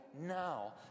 now